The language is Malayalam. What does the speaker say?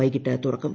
വൈകിട്ട് തുറക്കും